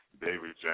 David